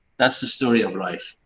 that's the story of rife.